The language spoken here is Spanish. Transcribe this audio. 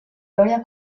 gloria